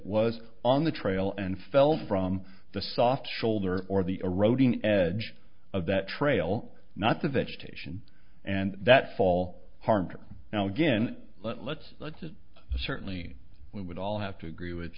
was on the trail and fell from the soft shoulder or the eroding edge of that trail not the vegetation and that fall harmed her now again let's let's it certainly we would all have to agree with